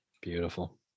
Beautiful